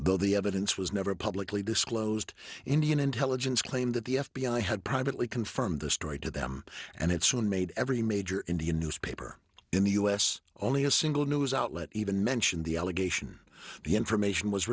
though the evidence was never publicly disclosed indian intelligence claimed that the f b i had privately confirm the story to them and it soon made every major indian newspaper in the u s only a single news outlet even mentioned the allegation the information was